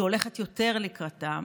שהולכת יותר לקראתם.